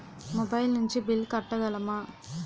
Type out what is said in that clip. Mobile నుంచి bill కట్టగలమ?